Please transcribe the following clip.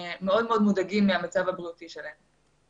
שמודאגים מאוד מהמצב הבריאותי שלהם.